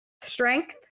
strength